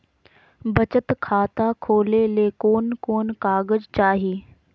बचत खाता खोले ले कोन कोन कागज चाही?